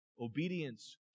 Obedience